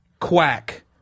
Quack